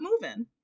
moving